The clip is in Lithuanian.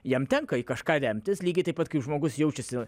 jam tenka į kažką remtis lygiai taip pat kai žmogus jaučiasi